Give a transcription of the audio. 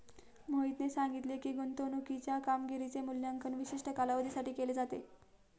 मोहितने सांगितले की, गुंतवणूकीच्या कामगिरीचे मूल्यांकन विशिष्ट कालावधीसाठी केले जाते